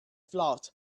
flawed